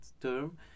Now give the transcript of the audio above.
term